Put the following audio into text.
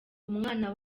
umwana